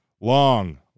Long